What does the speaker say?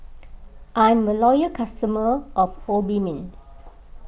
I'm a loyal customer of Obimin